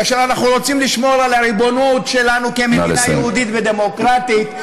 כאשר אנחנו רוצים לשמור על הריבונות שלנו כמדינה יהודית ודמוקרטית,